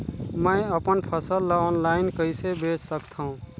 मैं अपन फसल ल ऑनलाइन कइसे बेच सकथव?